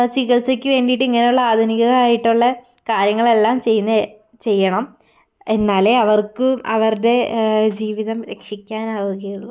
ചികിത്സയ്ക്കു വേണ്ടിയിട്ട് ഇങ്ങനെയുള്ള ആധുനികായിട്ടുള്ള കാര്യങ്ങളെല്ലാം ചെയ്യുന്നു ചെയ്യണം എന്നാലേ അവർക്ക് അവരുടെ ജീവിതം രക്ഷിക്കാനാവുകയുള്ളൂ